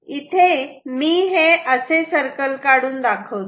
इथे मी हे असे सरकल काढून दाखवतो